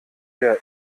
der